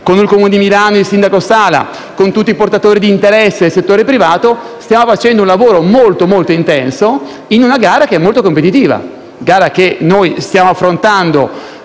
con il Comune di Milano e il sindaco Sala e con tutti i portatori di interesse del settore privato, sta facendo un lavoro di squadra molto intenso in una gara molto competitiva. Stiamo affrontando